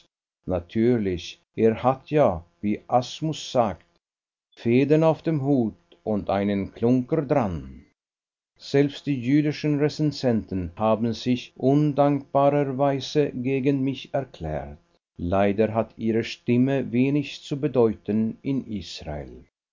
natürlich er hat ja wie asmus sagt federn auf dem hut und einen klunker dran selbst die jüdischen rezensenten haben sich undankbarerweise gegen mich erklärt leider hat ihre stimme wenig zu bedeuten in israel